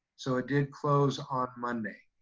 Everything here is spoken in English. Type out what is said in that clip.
so it did close on monday.